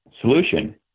solution